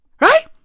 Right